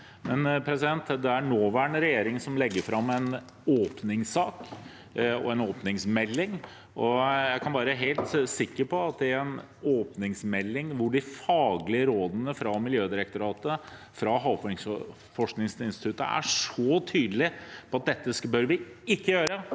skjer. Men det er nåværende regjering som legger fram en åpningssak og en åpningsmelding, og jeg er helt sikker på at med en åpningsmelding hvor de faglige rådene fra Miljødirektoratet og Havforskningsinstituttet er så tydelige på at vi ikke bør